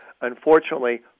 Unfortunately